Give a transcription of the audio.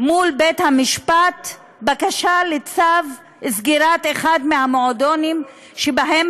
מול בית-המשפט בקשה לצו סגירת אחד מהמועדונים שבהם